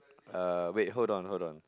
uh wait hold on hold on